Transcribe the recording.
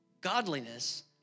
godliness